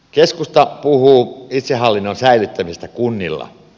keskusta puhuu itsehallinnon säilyttämisestä kunnilla